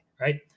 right